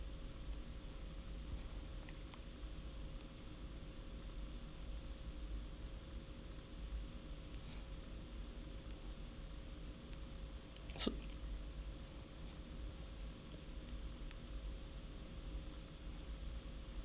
so